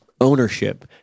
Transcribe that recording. ownership